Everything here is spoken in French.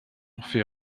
fait